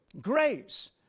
grace